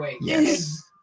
Yes